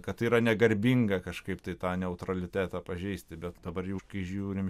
kad yra negarbinga kažkaip tai tą neutralitetą pažeisti bet dabar jau kai žiūrim